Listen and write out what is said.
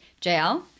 JL